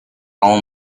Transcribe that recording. all